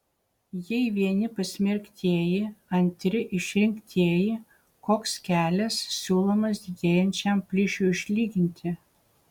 jei vieni pasmerktieji antri išrinktieji koks kelias siūlomas didėjančiam plyšiui užlyginti